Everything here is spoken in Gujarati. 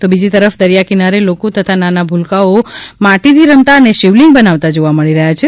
તો બીજી તરફ દરિયા કિનારે લોકો તથા નાના ભૂલકાંઓ માટી થી રમતા અને શિવલિંગ બનાવતા જોવા મળી રહ્યા છે